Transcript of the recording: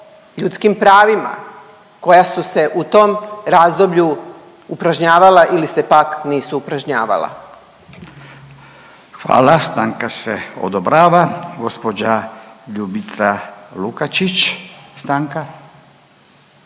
ljudskim pravima koja su se u tom razdoblju upražnjavala ili se pak nisu upražnjavala. **Radin, Furio (Nezavisni)** Hvala, stanka se odobrava. Gospođa Ljubica Lukačić, stanka.